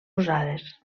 usades